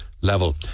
level